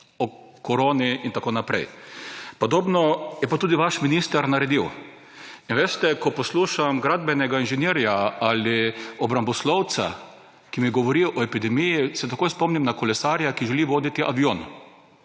O koroni in tako naprej. Podobno je pa tudi vaš minister naredil. In veste, ko poslušam gradbenega inženirja ali obramboslovca, ki mi govorijo o epidemiji, se takoj spomnim na kolesarja, ki želi voditi avion.